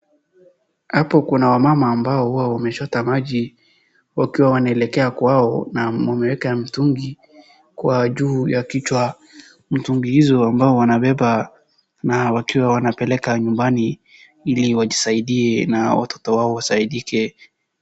Hapo kuna wamama ambao huwa wamechota maji wakiwa wanaelekea kwao na wameweka mtungi kwa juu ya kichwa, mtungi hizo ambao wanabeba na wakiwa wanapeleka nyumba ili wajisaidie na watoto wao wasaidike.